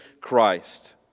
Christ